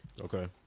Okay